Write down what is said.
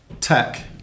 Tech